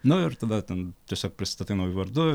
nu ir tada ten tiesiog prisistatai nauju vardu